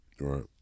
right